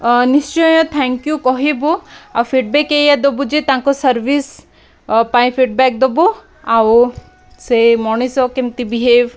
ଅ ନିଶ୍ଚୟ thank you କହିବୁ ଆଉ ଫିଡ଼୍ବ୍ୟାକ୍ ଏଇଆ ଦବୁ ଯେ ତାଙ୍କ ସର୍ଭିସ୍ ପାଇଁ ଫିଡ଼ବ୍ୟାକ୍ ଦବୁ ଆଉ ସେ ମଣିଷ କେମିତି ବିହେଭ୍